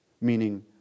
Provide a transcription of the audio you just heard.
meaning